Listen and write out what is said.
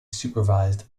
supervised